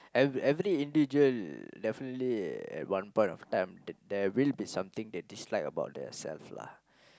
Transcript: every every individual definitely at one point of time there will be something they dislike about themselves lah